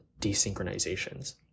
desynchronizations